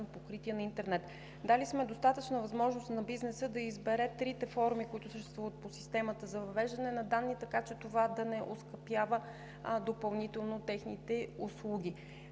покритие на интернет. Дали сме достатъчна възможност на бизнеса да избере трите форми, които съществуват по системата за въвеждане на данни, така че това да не оскъпява допълнително техните услуги.